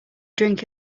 drink